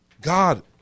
God